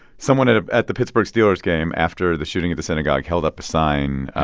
someone at ah at the pittsburgh steelers game after the shooting at the synagogue held up a sign.